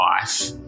life